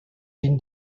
been